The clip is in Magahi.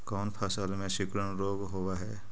कोन फ़सल में सिकुड़न रोग होब है?